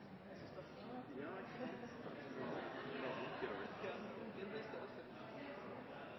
jeg at vi har